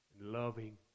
loving